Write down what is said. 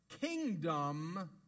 kingdom